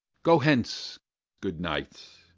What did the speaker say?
go hence good night!